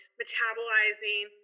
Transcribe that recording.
metabolizing